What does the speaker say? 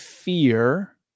fear